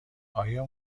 آیا